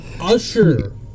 Usher